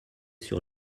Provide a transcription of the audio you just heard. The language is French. sur